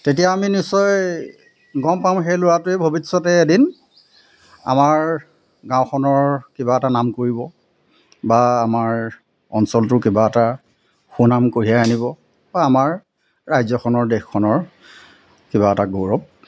তেতিয়া আমি নিশ্চয় গম পাওঁ সেই ল'ৰাটোৱে ভৱিষ্যতে এদিন আমাৰ গাঁওখনৰ কিবা এটা নাম কৰিব বা আমাৰ অঞ্চলটোৰ কিবা এটা সুনাম কঢ়িয়াই আনিব বা আমাৰ ৰাজ্যখনৰ দেশখনৰ কিবা এটা গৌৰৱ